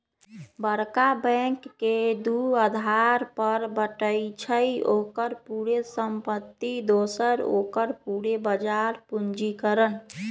बरका बैंक के दू अधार पर बाटइ छइ, ओकर पूरे संपत्ति दोसर ओकर पूरे बजार पूंजीकरण